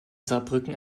saarbrücken